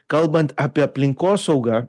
kalbant apie aplinkosaugą